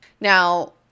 Now